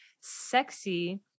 Sexy